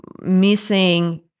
missing